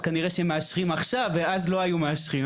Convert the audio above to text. אז כנראה שמאשרים עכשיו ואז לא היו מאשרים,